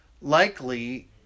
likely